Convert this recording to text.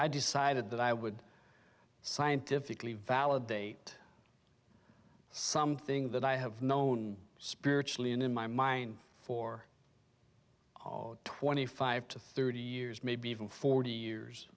i decided that i would scientifically validate something that i have known spiritually and in my mind for twenty five to thirty years maybe even forty years